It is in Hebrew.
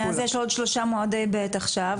אז יש לו עוד שלושה מועדי ב' עכשיו,